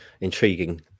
intriguing